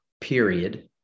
period